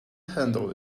handle